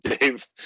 Dave